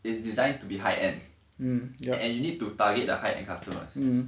is designed to be high end and you need to target the high end customers